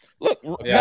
look